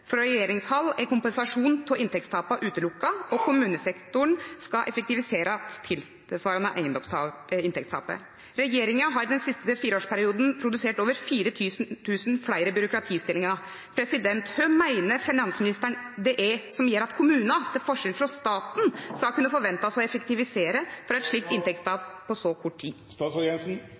er kompensasjon for inntektstapet utelukket, og kommunesektoren skal effektiviseres tilsvarende inntektstapet. Regjeringen har i den siste fireårsperioden produsert over 4 000 flere byråkratstillinger. Hva mener finansministeren det er som gjør at kommuner, til forskjell fra staten, skal kunne forventes å effektivisere for et slikt inntektstap på så kort tid?